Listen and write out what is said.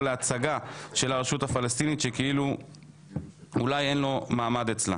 להצגה של הרשות הפלסטינית שכאילו אולי אין לו מעמד אצלה.